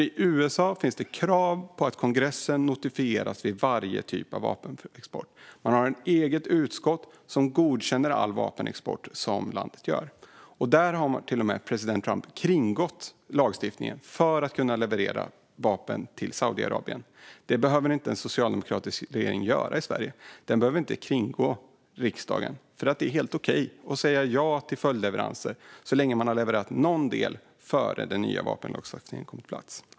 I USA finns krav på att kongressen notifieras vid varje typ av vapenexport. Det finns ett eget utskott som godkänner all vapenexport. Där har president Trump kringgått lagstiftningen för att kunna leverera vapen till Saudiarabien. En socialdemokratisk regering i Sverige behöver inte kringgå riksdagen eftersom det är helt okej att säga ja till följdleveranser så länge man har levererat någon del innan den nya vapenlagstiftningen kom på plats.